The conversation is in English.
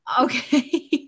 okay